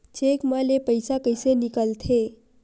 Cheque म ले पईसा कइसे निकलथे?